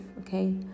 okay